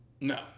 No